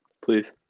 please